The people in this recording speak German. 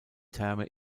therme